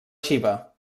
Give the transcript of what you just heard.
xiva